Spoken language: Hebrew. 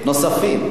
נוספים.